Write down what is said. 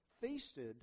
feasted